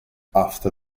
after